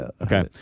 Okay